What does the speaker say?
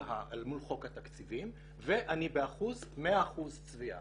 חוק התקציבים ואני במאה אחוז צביעה.